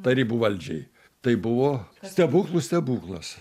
tarybų valdžiai tai buvo stebuklų stebuklas